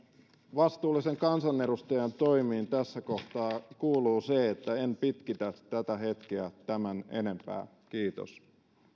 vastuullisen kansanedustajan toimiin tässä kohtaa kuuluu se että en pitkitä tätä hetkeä tämän enempää kiitos